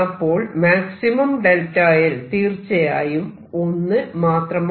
അപ്പോൾ maximum Δ l തീർച്ചയായും 1 മാത്രമാണ്